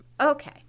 Okay